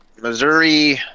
Missouri